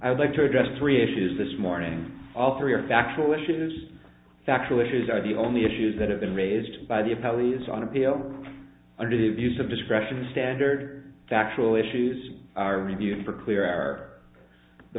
would like to address three issues this morning all three are factual issues factual issues are the only issues that have been raised by the pallies on appeal under the abuse of discretion standard or factual issues are reviewed for clear are the